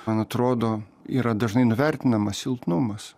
man atrodo yra dažnai nuvertinamas silpnumas